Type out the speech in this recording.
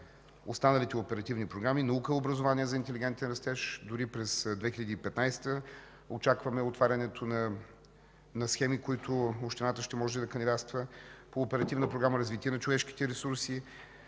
останалите оперативни програми – „Наука и образование за интелигентен растеж”. Дори и през 2015 г. очакваме отварянето на схеми, по които общината ще може да кандидатства по Оперативна програма „Развитие на човешките ресурси”.